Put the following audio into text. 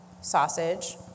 sausage